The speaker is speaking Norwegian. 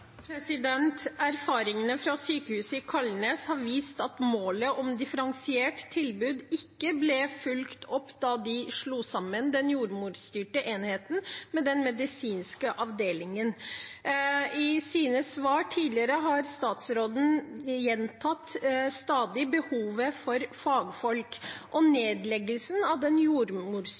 Erfaringene fra sykehuset på Kalnes har vist at målet om differensiert tilbud ikke ble fulgt opp da de slo sammen den jordmorstyrte enheten med den medisinske avdelingen. I sine svar tidligere har statsråden stadig gjentatt behovet for fagfolk. Nedleggelsen av den